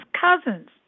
cousins